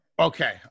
Okay